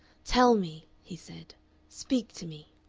tell me, he said speak to me.